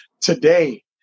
Today